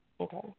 Okay